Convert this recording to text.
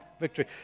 victory